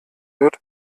wird